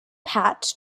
pat